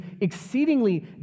exceedingly